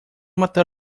matar